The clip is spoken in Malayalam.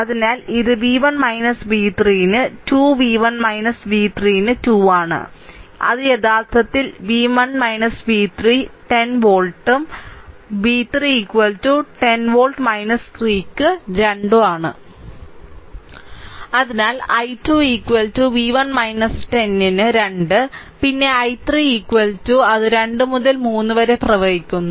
അതിനാൽ ഇത് v1 v 3 ന് 2 v1 v 3 ന് 2 ആണ് അത് യഥാർത്ഥത്തിൽ v1 v 3 10 volt v 3 10 volt 3 ന് 2 ആണ് അതിനാൽ i2 v1 10 ന് 2 പിന്നെ i3 അത് 2 മുതൽ 3 വരെ പ്രവഹിക്കുന്നു